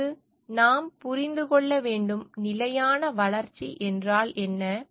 அதற்கு நாம் புரிந்து கொள்ள வேண்டும் நிலையான வளர்ச்சி என்றால் என்ன